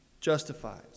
justifies